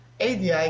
ADI